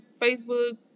Facebook